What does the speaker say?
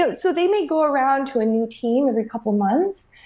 so so they may go around to a new team every couple of months,